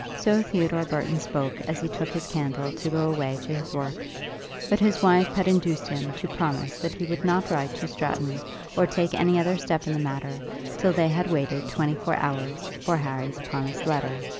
so theodore burton spoke as he took his candle to go away to his work but his wife had induced him to promise that he would not write to stratton or take any other step in the matter till they had waited twenty-four hours for harry's promised letter.